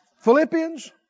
Philippians